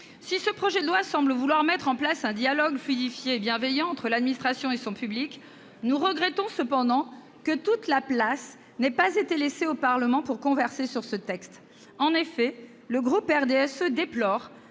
Si ce projet de loi semble vouloir mettre en oeuvre un dialogue fluidifié et bienveillant entre l'administration et son public, nous regrettons que toute la place n'ait pas été laissée au Parlement pour converser sur ce texte. En effet, les élus du groupe du RDSE déplorent